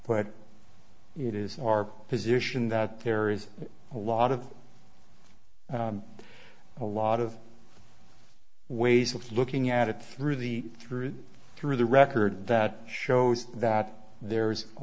but it is our position that there is a lot of a lot of ways of looking at it through the through through the record that shows that there is a